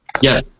Yes